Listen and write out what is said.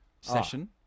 session